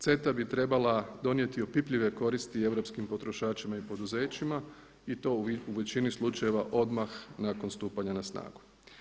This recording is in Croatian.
CETA bi trebala donijeti opipljive koristi europskim potrošačima i poduzećima i to u većini slučajeva odmah nakon stupanja na snagu.